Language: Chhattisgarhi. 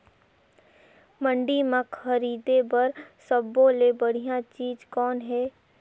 मंडी म खरीदे बर सब्बो ले बढ़िया चीज़ कौन हे?